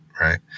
right